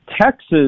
Texas